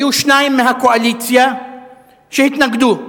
היו שניים מהקואליציה שהתנגדו: